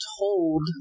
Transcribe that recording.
told